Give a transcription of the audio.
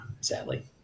sadly